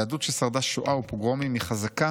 "יהדות ששרדה שואה ופוגרומים היא חזקה